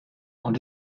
und